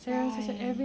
right